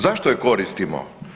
Zašto je koristimo?